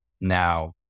Now